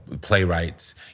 playwrights